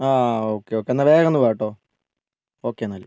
ആ okay okay എന്നാൽ വേഗം ഒന്ന് വാ കേട്ടോ ഓക്കെ എന്നാൽ